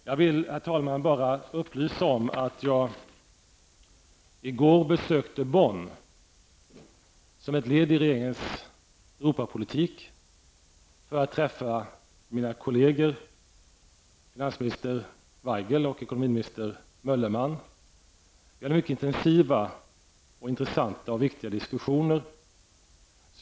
Jag vill, herr talman, bara upplysa om att jag i går besökte Bonn som ett led i regeringens Europapolitik för att träffa mina kolleger finansminister Waigel och ekonomiminister Möllemann för mycket intensiva och viktiga diskussioner.